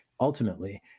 ultimately